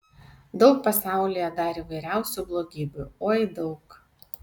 daug pasaulyje dar įvairiausių blogybių oi daug